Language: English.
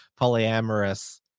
polyamorous